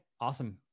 Awesome